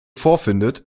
vorfindet